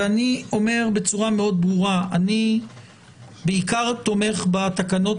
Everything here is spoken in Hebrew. אני אומר בצורה מאוד ברורה שאני בעיקר תומך בתקנות